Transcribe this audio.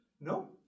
No